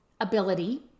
ability